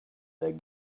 their